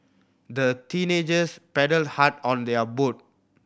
the teenagers paddled hard on their boat